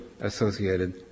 associated